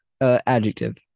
Adjective